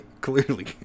clearly